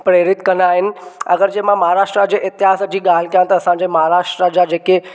प्रेरित कंदा आहिनि अगरि जे मां महाराष्ट्र जे इतिहास जी ॻाल्हि कयां त महाराष्ट्र जा जेके